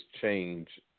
change